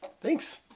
Thanks